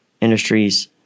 Industries